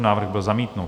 Návrh byl zamítnut.